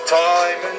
time